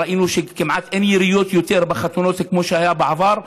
ראינו שכמעט אין יותר יריות בחתונות כמו שהיה בעבר,